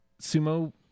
sumo